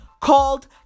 called